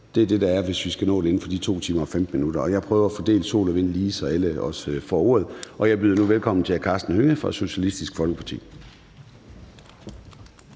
Det er det, der er, hvis vi skal nå det inden for de 2 timer og 15 minutter, og jeg prøver at fordele sol og vind lige, så alle også får ordet. Jeg byder nu velkommen til hr. Karsten Hønge fra Socialistisk Folkeparti.